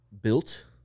Built